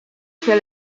się